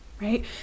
right